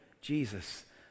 Jesus